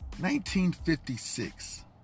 1956